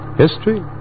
History